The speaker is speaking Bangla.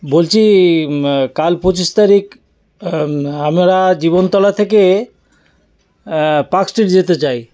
বলছি কাল পঁচিশ তারিখ আমরা জীবনতলা থেকে পার্ক স্ট্রিট যেতে চাই